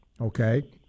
okay